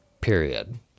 Period